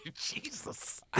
Jesus